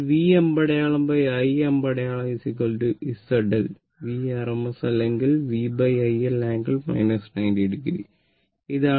അതിനാൽ V അമ്പടയാളം I അമ്പടയാളം Z L V rms അല്ലെങ്കിൽ V iL ആംഗിൾ 90o